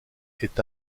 est